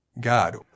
God